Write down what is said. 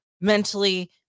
mentally